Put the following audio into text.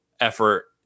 effort